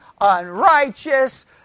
unrighteous